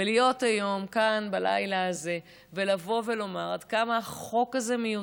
להיות היום כאן בלילה הזה ולבוא ולומר עד כמה החוק הזה מיותר,